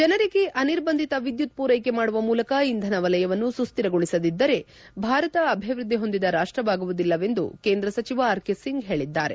ಜನರಿಗೆ ಅನಿರ್ಬಂಧಿತ ವಿದ್ಯುತ್ ಪೂರೈಕೆ ಮಾಡುವ ಮೂಲಕ ಇಂಧನ ವಲಯವನ್ನು ಸುಸ್ಕಿರಗೊಳಿಸದಿದ್ದರೆ ಭಾರತ ಅಭಿವೃದ್ಧಿ ಹೊಂದಿದ ರಾಷ್ಟವಾಗುವುದಿಲ್ಲವೆಂದು ಕೇಂದ್ರ ಸಚಿವ ಆರ್ಕೆ ಸಿಂಗ್ ಹೇಳಿದ್ದಾರೆ